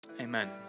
Amen